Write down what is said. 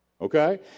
okay